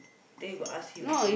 then you got ask him or not